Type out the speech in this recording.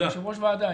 יושב-ראש ועדה,